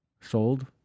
Sold